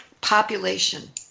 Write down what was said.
population